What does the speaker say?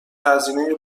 هزینه